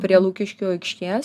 prie lukiškių aikštės